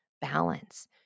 balance